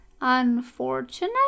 unfortunate